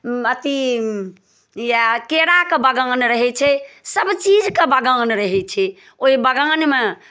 अथि या केराके बगान रहै छै सभचीजके बगान रहै छै ओहि बगानमे